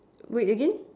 wait again